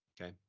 Okay